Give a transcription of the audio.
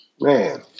man